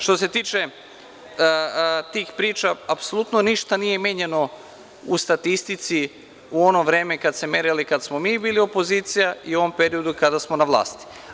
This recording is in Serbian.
Što se tiče tih priča, apsolutni ništa nije menjano u statistici u ono vreme kada smo mi bili opozicija i u ovom periodu kada smo na vlasti.